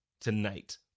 Tonight